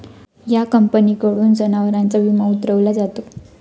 या कंपनीकडून जनावरांचा विमा उतरविला जातो